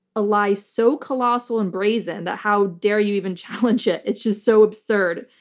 a lie so colossal and brazen that how dare you even challenge it? it's just so absurd.